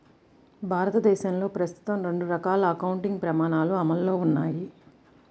భారతదేశంలో ప్రస్తుతం రెండు రకాల అకౌంటింగ్ ప్రమాణాలు అమల్లో ఉన్నాయి